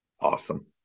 Awesome